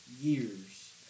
years